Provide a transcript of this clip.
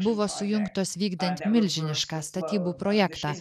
buvo sujungtos vykdant milžinišką statybų projektą